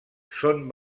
són